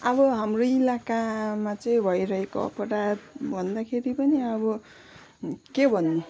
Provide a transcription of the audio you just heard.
अब हाम्रो इलाकामा चाहिँ भइरहेको अपराध भन्दाखेरि पनि अब के भन्ने